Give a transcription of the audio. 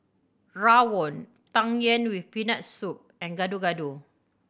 rawon Tang Yuen with Peanut Soup and Gado Gado